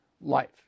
life